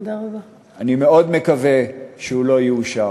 אני מאוד מקווה שהוא לא יאושר.